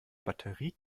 batterie